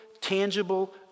tangible